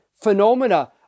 phenomena